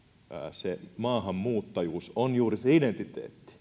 se maahanmuuttajuus on juuri se identiteetti